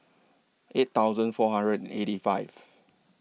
eight thousand four hundred and eighty five